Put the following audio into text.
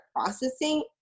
processing